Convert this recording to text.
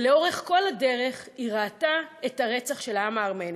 ולאורך כל הדרך היא ראתה את הרצח של העם הארמני.